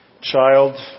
child